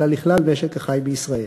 אלא לכלל משק החי בישראל.